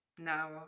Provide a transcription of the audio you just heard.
now